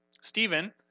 Stephen